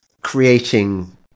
creating